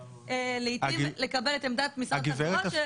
לעיתים לקבל את עמדת משרד התחבורה.